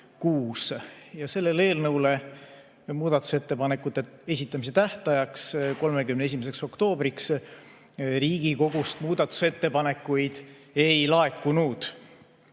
Selle eelnõu kohta muudatusettepanekute esitamise tähtajaks, 31. oktoobriks Riigikogust muudatusettepanekuid ei laekunud.